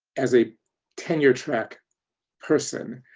as a tenure-track person,